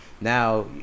now